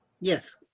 Yes